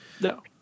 No